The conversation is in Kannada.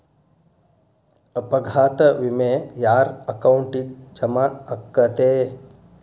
ಅಪಘಾತ ವಿಮೆ ಯಾರ್ ಅಕೌಂಟಿಗ್ ಜಮಾ ಆಕ್ಕತೇ?